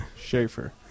Schaefer